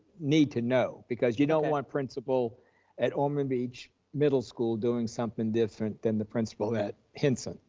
need to know because you don't want principal at ormond beach middle school doing something different than the principal at hinson.